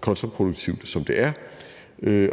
kontraproduktivt, som det er.